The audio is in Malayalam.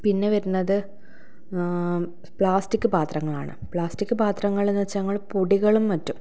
പിന്നെ വരുന്നത് പ്ലാസ്റ്റിക് പാത്രങ്ങളാണ് പ്ലാസ്റ്റിക് പാത്രങ്ങളെന്ന് വെച്ചാൽ ഞങ്ങൾ പൊടികളും മറ്റും